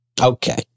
Okay